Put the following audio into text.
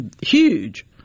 huge